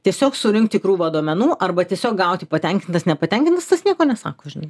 tiesiog surinkti krūvą duomenų arba tiesiog gauti patenkintas nepatenkintas tas nieko nesako žinai